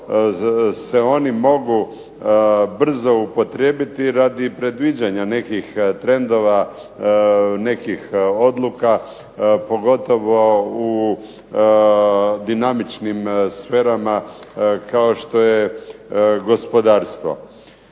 se oni mogu brzo upotrijebiti radi predviđanja nekih trendova, nekih odluka, pogotovo u dinamičnim sferama kao što je gospodarstvo.